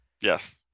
Yes